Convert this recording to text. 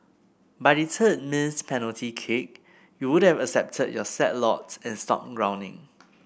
by the third missed penalty kick you would've accepted your sad lot and stopped groaning